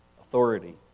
authority